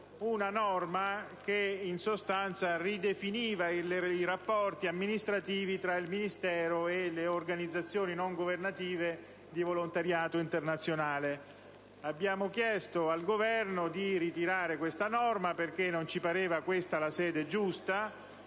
una norma che ridefiniva i rapporti amministrativi tra il Ministero e le organizzazioni non governative di volontariato internazionale. Abbiamo chiesto al Governo di ritirare la norma perché non ci sembrava questa la sede giusta